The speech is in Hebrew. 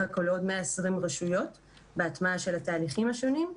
הכול לעוד 120 רשויות בהטמעה של התהליכים השונים.